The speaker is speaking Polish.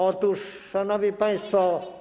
Otóż, szanowni państwo.